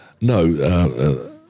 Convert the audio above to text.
no